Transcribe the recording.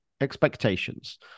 expectations